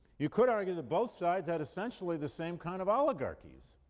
you could argue that both sides had essentially the same kind of oligarchies.